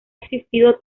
existido